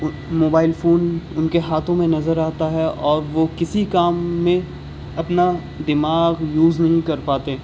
mobile phone ان ہاتھوں میں نظر آتا ہے اور وہ کسی کام میں اپنا دماغ یوز نہیں کر پاتے